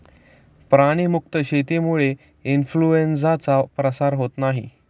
प्राणी मुक्त शेतीमुळे इन्फ्लूएन्झाचा प्रसार होत नाही